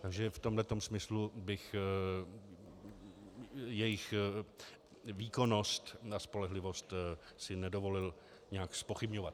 Takže v tomhle tom smyslu bych si jejich výkonnost na spolehlivost nedovolil nijak zpochybňovat.